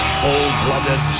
full-blooded